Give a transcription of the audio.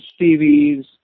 TVs